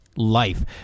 Life